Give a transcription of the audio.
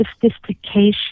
sophistication